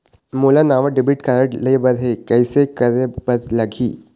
मोला नावा debit card लेबर हे, कइसे करे बर लगही?